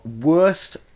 worst